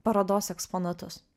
parodos eksponatus